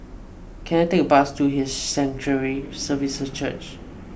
can I take a bus to His Sanctuary Services Church